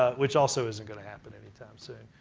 which also isn't going to happen any time soon.